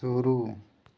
शुरू